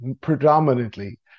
Predominantly